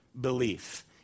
belief